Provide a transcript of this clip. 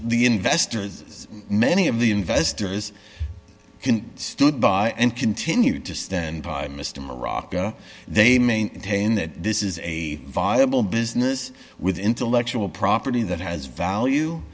the investors many of the investors stood by and continue to stand by mr maraca they maintain that this is a viable business with intellectual property that has value